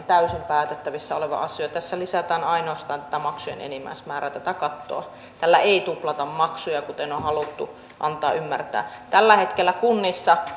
täysin päätettävissä oleva asia tässä lisätään ainoastaan tätä maksujen enimmäismäärää tätä kattoa tällä ei tuplata maksuja kuten on on haluttu antaa ymmärtää tällä hetkellähän kunnissa